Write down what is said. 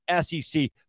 SEC